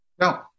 No